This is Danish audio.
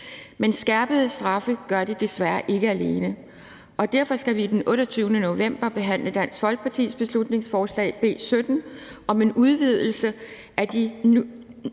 Men skærpede straffe gør det desværre ikke alene, og derfor skal vi den 28. november behandle Dansk Folkepartis beslutningsforslag, beslutningsforslag